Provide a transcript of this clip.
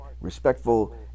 respectful